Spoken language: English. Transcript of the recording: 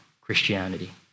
Christianity